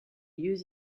lieux